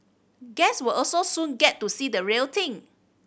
guest will also soon get to see the real thing